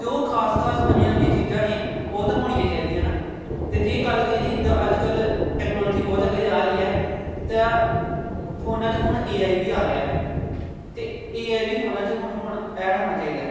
ਜੋ ਖਾਸ ਖਾਸ ਨਵੀਆਂ ਨਵੀਆਂ ਚੀਜ਼ਾਂ ਨੇ ਉਹ ਤਾਂ ਹੋਣੀਆਂ ਚਾਹੀਦੀਆਂ ਹਨ ਅਤੇ ਜੇ ਗੱਲ ਕਰੀਏ ਜਿੱਦਾਂ ਅੱਜ ਕੱਲ ਟੈਕਨੋਲੋਜੀ ਬਹੁਤ ਅੱਗੇ ਜਾ ਰਹੀ ਹੈ ਤਾਂ ਫੋਨਾਂ 'ਚ ਹੁਣ ਏ ਆਈ ਵੀ ਆ ਰਿਹਾ ਅਤੇ ਏ ਆਈ ਵੀ ਫੋਨਾਂ 'ਚ ਹੁਣ ਹੁਣ ਐਡ ਹੋਣਾ ਚਾਹੀਦਾ